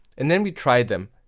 and then we try them,